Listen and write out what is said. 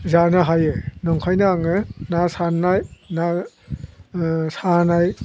जानो हायो नंखायनो आङो ना सारनाय ना सानाय